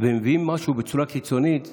ומביאים משהו בצורה קיצונית,